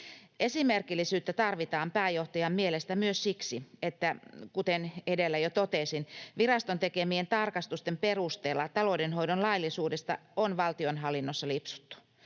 Esimerkillisyyttä tarvitaan pääjohtajan mielestä myös siksi, että, kuten edellä jo totesin, viraston tekemien tarkastusten perusteella taloudenhoidon laillisuudesta on valtionhallinnossa lipsuttu.